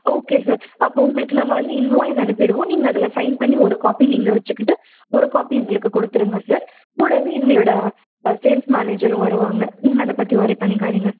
okay sir அப்போது உங்களுக்கு நம்ம வந்து இன்வாய்ஸ் அனுப்பிவிடுவோம் நீங்கள் அதில் சைன் பண்ணி ஒரு காப்பி நீங்கள் வச்சுக்கிட்டு ஒரு காப்பி எங்களுக்கு கொடுத்துருங்க சார் கூடவே எங்களோட சேல்ஸ் மேனேஜரும் வருவாங்க நீங்கள் அதை பற்றி ஒரி பண்ணிக்காதீங்க